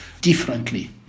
differently